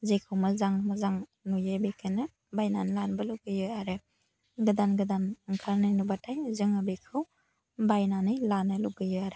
जेखौ मोजां मोजां नुयो बेखौनो बायनानै लानोबो लुबैयो आरो गोदान गोदान ओंखारनाय नुबाथाय जोङो बेखौ बायनानै लानो लुगैयो आरो